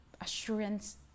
assurance